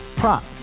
prop